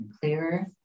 clearer